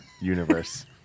universe